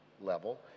level